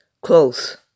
close